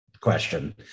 question